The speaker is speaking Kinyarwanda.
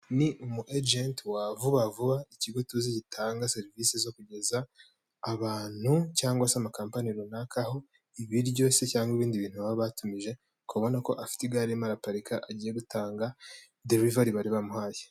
Ni umu egenti wa vuba vuba, ikigo tuzi gitanga serivisi zo kugeza abantu cyangwa se amakampani runaka aho ibiryo se cyangwa ibindi bintu baba batumije, ubona ko afite igare arimo araraparika agiye gutanga devivari bari bamuhaye.